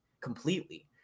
completely